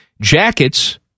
Jackets